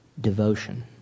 devotion